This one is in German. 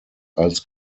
als